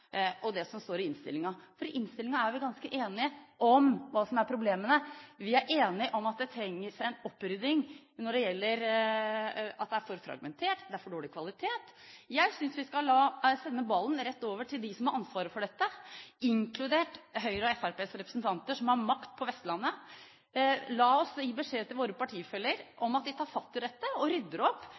og det som står i innstillingen, for i innstillingen er vi ganske enige om hva som er problemene. Vi er enige om at det trengs en opprydding når det gjelder at det er for fragmentert, og det er for dårlig kvalitet. Jeg synes vi skal sende ballen rett over til dem som har ansvaret for dette, inkludert Høyres og Fremskrittspartiets representanter, som har makt på Vestlandet. La oss gi beskjed til våre partifeller om at de tar fatt i dette og rydder opp